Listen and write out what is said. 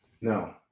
No